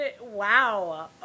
Wow